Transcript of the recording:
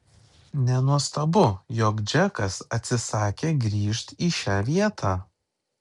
nenuostabu jog džekas atsisakė grįžt į šią vietą